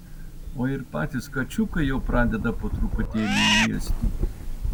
o ir patys kačiukai jau pradeda po truputėlį ėsti